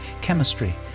chemistry